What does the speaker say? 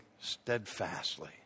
steadfastly